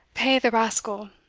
pay the rascal,